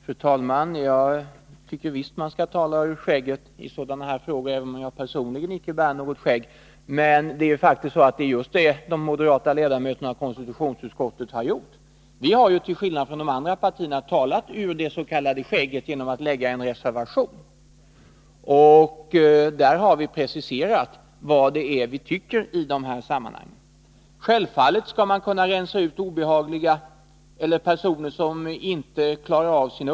Fru talman! Jag tycker visst att man skall tala ur skägget i sådana här frågor även om jag personligen icke bär något skägg. Men det är just så som vi moderata ledamöter av konstitutionsutskottet har handlat. Vi har, till skillnad från de andra partierna, talat ur skägget genom att avge en reservation. Där har vi preciserat vad vi tycker i dessa sammanhang. Självfallet skall man kunna byta ut personer som inte klarar sina uppgifter.